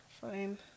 fine